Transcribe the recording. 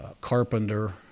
Carpenter